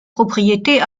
propriétés